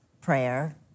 prayer